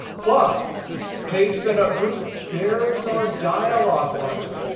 but page setup group there's our dialogue launcher.